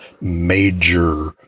major